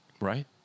right